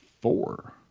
four